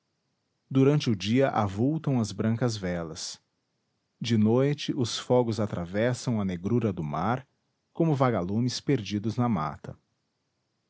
durante o dia avultam as brancas velas de noite os fogos atravessam a negrura do mar como vagalumes perdidos na mata